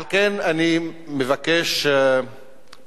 על כן אני מבקש מהכנסת,